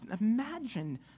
Imagine